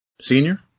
senior